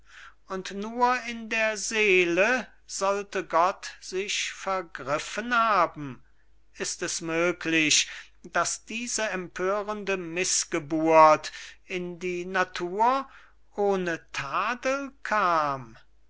und nur in der seele sollte gott sich vergriffen haben ist es möglich daß diese empörende mißgeburt in die natur ohne tadel kam